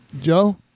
Joe